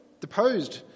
deposed